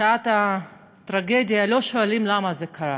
בשעת הטרגדיה לא שואלים למה זה קרה,